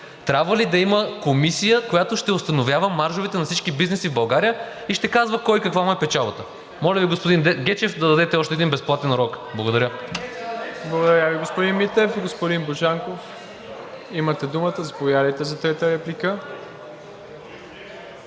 трябва ли да има комисия, която ще установява маржовете на всички бизнеси в България и ще казва на кой каква му е печалбата? Моля, господин Гечев, да дадете още един безплатен урок. Благодаря. ПРЕДСЕДАТЕЛ МИРОСЛАВ ИВАНОВ: Благодаря Ви, господин Митев. Господин Божанков, имате думата – заповядайте за трета реплика.